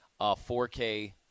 4K